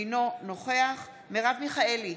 אינו נוכח מרב מיכאלי,